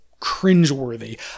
cringeworthy